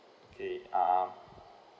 okay uh